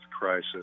crisis